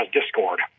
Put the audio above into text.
discord